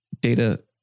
data